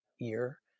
ear